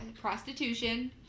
prostitution